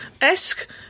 esque